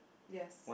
yes